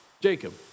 Jacob